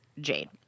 jade